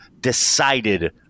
decided